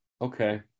Okay